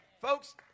Folks